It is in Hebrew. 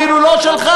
אפילו לא שלך,